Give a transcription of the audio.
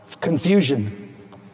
Confusion